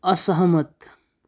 असहमत